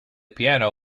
piano